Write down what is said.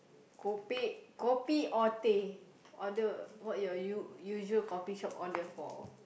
copy copy or day or the other what your you usual coffee shop order for